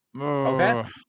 okay